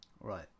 Right